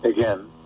Again